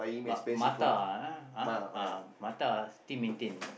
but Mattar uh eh Mattar still maintain